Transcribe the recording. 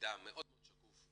המידע מאוד מאוד שקוף,